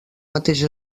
mateix